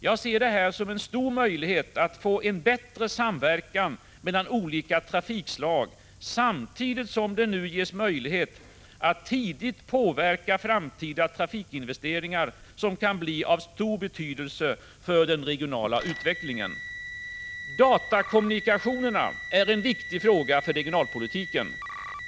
Jag ser det här som en stor möjlighet att få en bättre samverkan mellan olika trafikslag, samtidigt som det nu ges möjlighet att tidigt påverka framtida trafikinvesteringar som kan bli av stor betydelse för den regionala utvecklingen. Datakommunikationerna är en viktig fråga för regionalpolitiken.